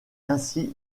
ainsi